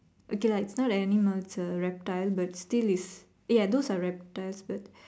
okay lah it's not a animal it's a reptile but still it's ya those are reptiles but